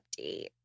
update